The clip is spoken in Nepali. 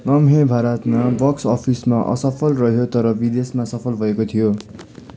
लम्हे भारतमा बक्स अफिसमा असफल रह्यो तर विदेशमा सफल भएको थियो